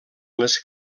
les